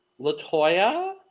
Latoya